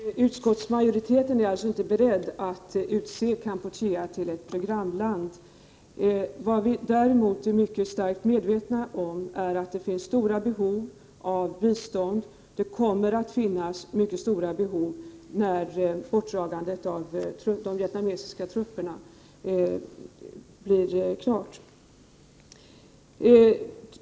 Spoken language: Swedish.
Herr talman! Utskottsmajoriteten är inte beredd att utse Kampuchea till ett programland. Däremot är vi starkt medvetna om att det finns stora behov av bistånd och att det kommer att finnas mycket stora behov när bortdragandet av de vietnamesiska trupperna blir klart.